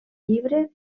llibre